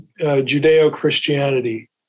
Judeo-Christianity